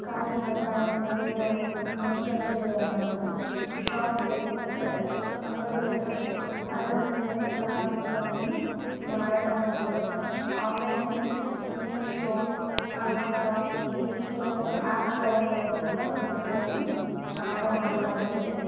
ಖಾದಿ ಭಂಡಾರ ಎಂದು ಅನೇಕ ಜಾ ಶಾಪ್ಗಳು ಇವೆ ಅಂಗಡಿಗಳಿವೆ ಅದರ ಮೂಲಕ ಕಲಾಕೃತಿಗಳನ್ನು ಮಾರಾಟ ಮಾಡ್ತಾರೆ ಆನ್ಲೈನ್ನಲ್ಲಿ ಮಿಶೋ ಅಮೇಜಾನ್ ಈ ರೀತಿ ಕೆಲವೊಂದು ಆ್ಯಪ್ಗಳ ಮೂಲಕ ಕೂಡ ವಸ್ತುಗಳನ್ನು ಮಾರಾಟ ಮಾಡಲಾಗುತ್ತಿದೆ